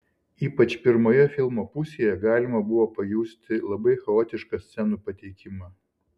ypač pirmoje filmo pusėje galima buvo pajusti labai chaotišką scenų pateikimą